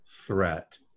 threat